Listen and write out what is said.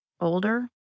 older